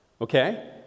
okay